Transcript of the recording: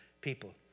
people